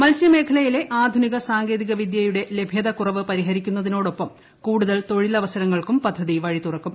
മത്സ്യമേഖലയിലെ ആധുനിക സാങ്കേതിക വിദ്യയുടെ ലഭ്യത കുറവ് പരിഹരിക്കുന്നതിനോടൊപ്പം കൂടുതൽ തൊഴിലവസരങ്ങൾക്കും പദ്ധതി വഴിതുറക്കും